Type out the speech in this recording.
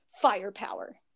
firepower